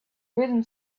written